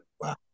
Wow